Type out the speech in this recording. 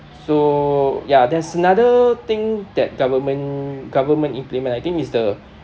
so ya there's another thing that government government implement I think is the